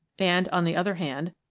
and, on the other hand,